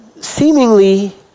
seemingly